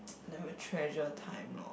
never treasure time lor